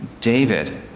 David